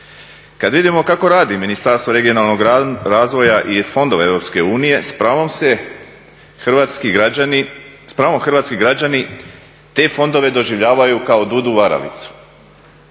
Kad vidimo kako radi Ministarstvo regionalnog razvoja i fondova EU s pravom se hrvatski građani, s pravom hrvatski građani te fondove doživljavaju kao dudu varalicu.